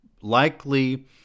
likely